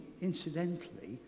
incidentally